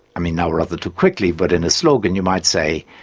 i mean now rather too quickly, but in a slogan you might say,